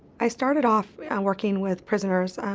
i started off working with prisoners,